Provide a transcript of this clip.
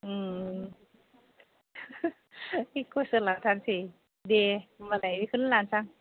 एकसस' लाथारसै दे होनबालाय बेखौनो लानसां